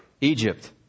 Egypt